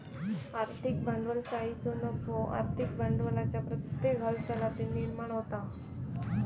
आर्थिक भांडवलशाहीचो नफो आर्थिक भांडवलाच्या प्रत्येक हालचालीतुन निर्माण होता